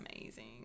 amazing